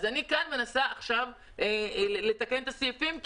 אז אני כאן מנסה עכשיו לתקן את הסעיפים,